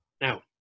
Now